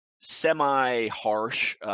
semi-harsh